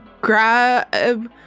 grab